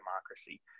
democracy